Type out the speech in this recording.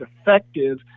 effective